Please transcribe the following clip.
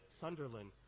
Sunderland